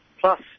plus